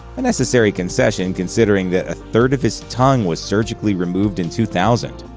a necessary concession considering that a third of his tongue was surgically removed in two thousand.